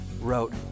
wrote